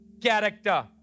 character